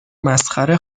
مسخره